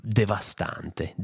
devastante